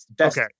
Okay